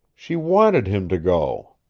she wanted him to go!